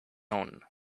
own